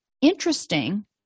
interesting